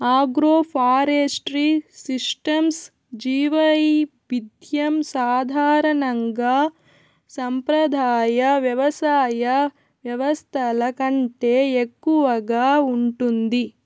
agroforestry సిస్టమ్స్లో జీవవైవిధ్యం సాధారణంగా సంప్రదాయ వ్యవసాయ వ్యవస్థల కంటే ఎక్కువగా ఉంటుంది